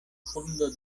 hundo